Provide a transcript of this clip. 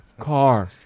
Car